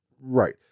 Right